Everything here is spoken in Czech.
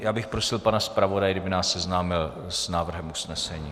Já bych prosil pana zpravodaje, kdyby nás seznámil s návrhem usnesení.